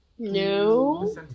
No